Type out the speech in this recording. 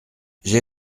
j’ai